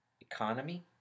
economy